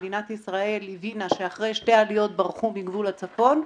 שמדינת ישראל הבינה שאחרי שתי עליות ברחו מגבול הצפון,